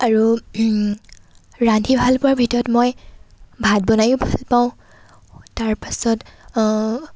আৰু ৰান্ধি ভালপোৱাৰ ভিতৰত মই ভাত বনায়ো ভাল পাওঁ তাৰ পাছত